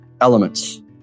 elements